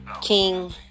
King